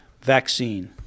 vaccine